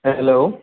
hello